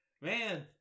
man